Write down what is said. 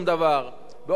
באופן אוטומטי,